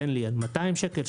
להגיד עד 200 שקל,